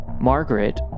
Margaret